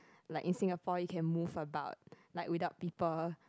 like in Singapore it can move about like without people